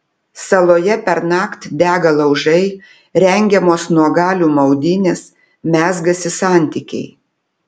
saloje pernakt dega laužai rengiamos nuogalių maudynės mezgasi santykiai